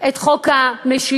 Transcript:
את חוק המשילות,